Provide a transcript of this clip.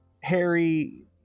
Harry